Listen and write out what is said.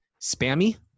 spammy